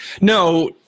no